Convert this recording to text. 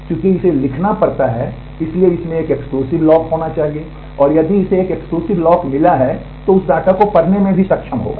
चूंकि इसे लिखना पड़ता है इसलिए इसमें एक एक्सक्लूसिव लॉक होना चाहिए और यदि इसे एक एक्सक्लूसिव लॉक मिला है तो यह उस डेटा को पढ़ने में भी सक्षम होगा